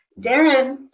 Darren